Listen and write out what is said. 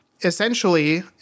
essentially